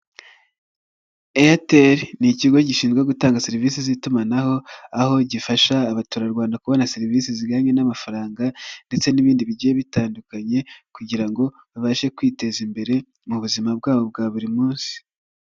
Airtel ni ikigo gishinzwe gutanga serivisi z'itumanaho, aho gifasha abaturarwanda kubona serivisi zijyanye n'amafaranga, ndetse n'ibindi bigiye bitandukanye, kugira ngo babashe kwiteza imbere mu buzima bwabo bwa buri munsi.